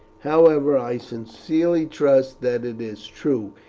however, i sincerely trust that it is true,